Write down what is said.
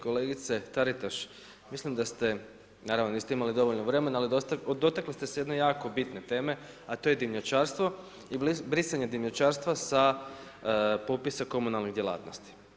Kolegice Taritaš, mislim da ste, naravno niste imali dovoljno vremena, ali dotakli ste se jedne jako bitne teme a to je dimnjačarstvo i brisanje dimnjačarstva sa popisa komunalnih djelatnosti.